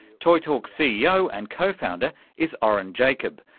toytalk's ceo and co-founder is oren jacob,